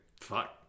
Fuck